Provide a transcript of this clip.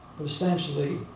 Essentially